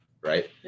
right